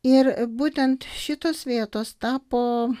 ir būtent šitos vietos tapo